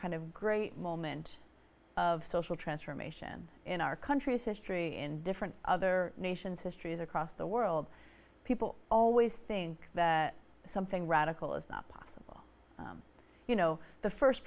kind of great moment of social transformation in our country's history and different other nations histories across the world people always think that something radical is not possible you know the